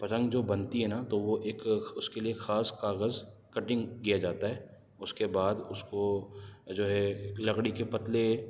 پتنگ جو بنتی ہے نہ تو وہ ایک اس کے لیے خاص کاغذ کٹنگ کیا جاتا ہے اس کے بعد اس کو جو ہے لکڑی کے پتلے